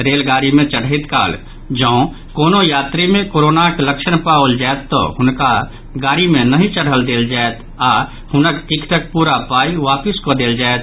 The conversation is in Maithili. रेलगाड़ी मे चढ़ैत काल जै कोनो यात्री मे कोरोनाक लक्षण पाओल जायत तऽ हुनका गाड़ी मे नहि चढ़ल देल जायत आओर हुनक टिकटक पूरा पाई वापिस कऽ देल जायत